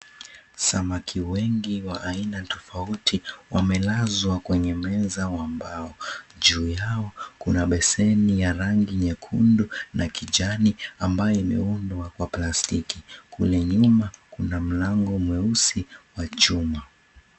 Samaki wengi wa aina tofauti wamelazwa kwenye meza wa mbau juu yao kuna beseni ya rangi nyekundu na kijani ambaye imeundwa kwa plastiki kule nyuma kuna mlango mweusi wa chuma.